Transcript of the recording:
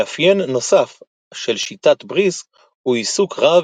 מאפיין נוסף של שיטת בריסק הוא עיסוק רב